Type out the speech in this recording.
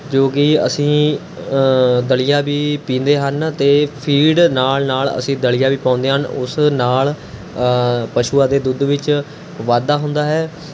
ਜੋ ਕਿ ਅਸੀਂ ਦਲ਼ੀਆ ਵੀ ਪੀਂਹਦੇ ਹਨ ਅਤੇ ਫ਼ੀਡ ਨਾਲ਼ ਨਾਲ਼ ਅਸੀਂ ਦਲ਼ੀਆ ਵੀ ਪਾਉਂਦੇ ਹਨ ਉਸ ਨਾਲ਼ ਪਸ਼ੂਆਂ ਦੇ ਦੁੱਧ ਵਿੱਚ ਵਾਧਾ ਹੁੰਦਾ ਹੈ